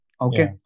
Okay